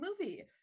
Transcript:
movie